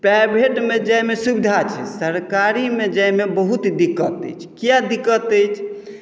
प्राइवेटमे जाइमे सुविधा छै सरकारीमे जाइमे बहुत दिक्कत अछि किया दिक्कत अछि